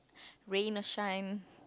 rain or shine